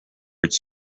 its